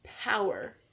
power